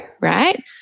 right